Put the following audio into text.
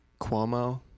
Cuomo